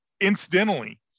incidentally